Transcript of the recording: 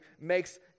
makes